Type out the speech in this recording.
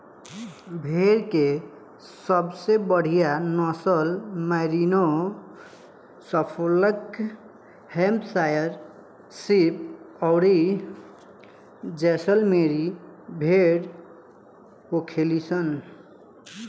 भेड़ के सबसे बढ़ियां नसल मैरिनो, सफोल्क, हैम्पशायर शीप अउरी जैसलमेरी भेड़ होखेली सन